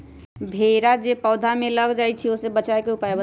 भेरा जे पौधा में लग जाइछई ओ से बचाबे के उपाय बताऊँ?